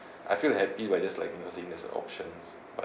I feel I'm happy by just like seeing there's an options but